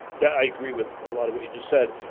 that i agree with a lot of what you just said.